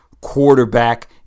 quarterback